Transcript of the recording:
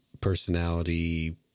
personality